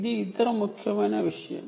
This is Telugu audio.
ఇది ఇతర ముఖ్యమైన విషయం